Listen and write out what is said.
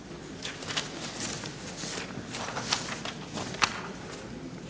Hvala svim